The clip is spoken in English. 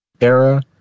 era